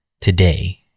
today